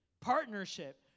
partnership